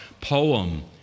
poem